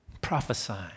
Prophesying